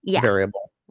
variable